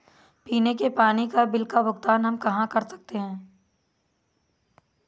पीने के पानी का बिल का भुगतान हम कहाँ कर सकते हैं?